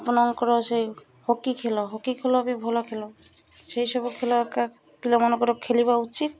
ଆପଣଙ୍କର ସେ ହକି ଖେଲ ହକି ଖେଲ ବି ଭଲ ଖେଲ ସେଇସବୁ ଖେଲ ଏକା ପିଲାମାନଙ୍କର ଖେଲିବା ଉଚିତ୍